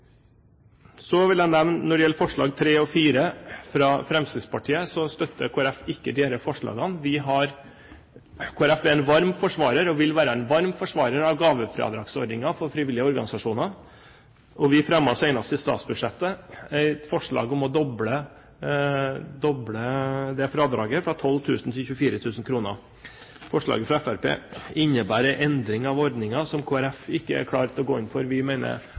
Så vil jeg nevne at når det gjelder forslagene nr. 3 og 4, fra Fremskrittspartiet, støtter ikke Kristelig Folkeparti disse forslagene. Kristelig Folkeparti er en varm forsvarer, og vil være en varm forsvarer, av gavefradragsordningen for frivillige organisasjoner. Vi fremmet senest i forbindelse med statsbudsjettet et forslag om å doble dette fradraget fra 12 000 til 24 000 kr. Forslaget fra Fremskrittspartiet innebærer en endring av ordningen som Kristelig Folkeparti ikke er klare for å gå inn for. Vi